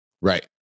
Right